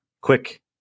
quick